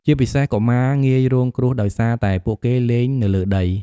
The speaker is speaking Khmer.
ជាពិសេស កុមារងាយរងគ្រោះដោយសារតែពួកគេលេងនៅលើដី។